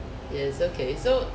ya it's okay so